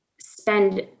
spend